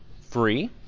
free